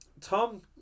Tom